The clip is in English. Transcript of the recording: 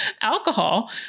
Alcohol